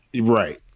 Right